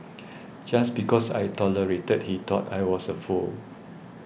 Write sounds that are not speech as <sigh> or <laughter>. <noise> just because I tolerated he thought I was a fool